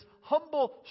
humble